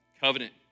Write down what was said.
covenant